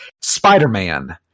Spider-Man